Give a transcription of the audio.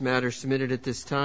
matter submitted at this time